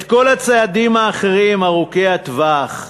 את כל הצעדים האחרים ארוכי הטווח,